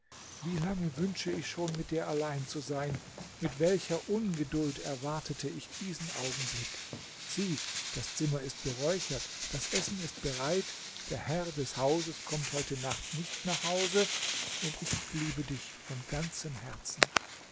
wie lange wünsche ich schon mit dir allein zu sein mit welcher ungeduld erwartete ich diesen augenblick sieh das zimmer ist beräuchert das essen ist bereit der herr des hauses kommt heute nacht nicht nach hause und ich liebe dich von ganzem herzen